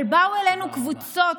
אבל באו אלינו קבוצות